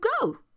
go